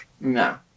No